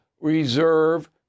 reserve